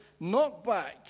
knockback